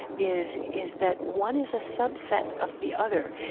is is that one is a subset of the other.